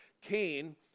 Cain